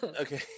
okay